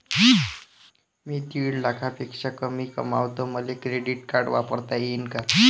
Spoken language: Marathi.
मी दीड लाखापेक्षा कमी कमवतो, मले क्रेडिट कार्ड वापरता येईन का?